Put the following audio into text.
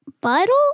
Buttle